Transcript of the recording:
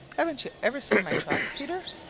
haven't you ever seen my tracks, peter?